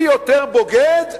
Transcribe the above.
מי יותר בוגד,